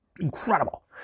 incredible